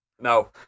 No